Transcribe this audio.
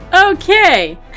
Okay